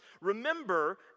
Remember